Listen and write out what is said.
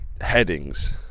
headings